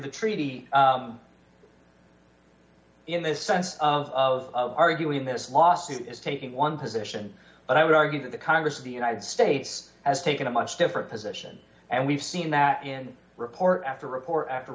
the treaty in this sense of arguing this lawsuit is taking one position but i would argue that the congress of the united states has taken a much different position and we've seen that in report after report after